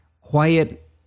quiet